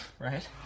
Right